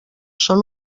són